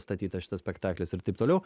statytas šitas spektaklis ir taip toliau